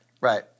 right